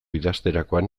idazterakoan